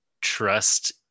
trust